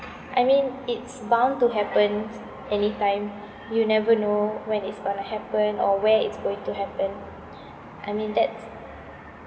I mean it's bound to happen anytime you never know when it's going to happen or where it's going to happen I mean that's